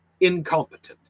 incompetent